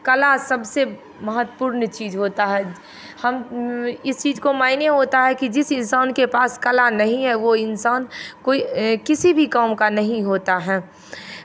कला सबसे महत्वपूर्ण चीज़ होता है हम इस चीज़ को मायने होता है कि जिस इंसान के पास कला नहीं है वो इंसान कोई किसी भी काम का नहीं होता है